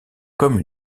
comme